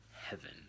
Heaven